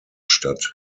statt